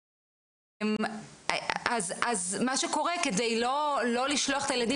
אז כדי לא לשלוח את הילדים